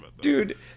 Dude